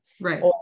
Right